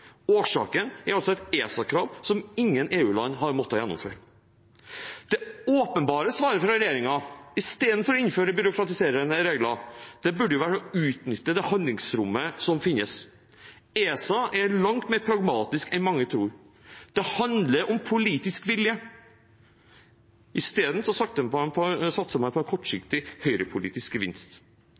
Årsaken er altså et ESA-krav som ingen EU-land har måttet gjennomføre. Det åpenbare svaret fra regjeringen – i stedet for å innføre byråkratiserende regler – burde jo være å utnytte det handlingsrommet som finnes. ESA er langt mer pragmatisk enn mange tror. Det handler om politisk vilje. I stedet satser man på en kortsiktig, høyrepolitisk gevinst.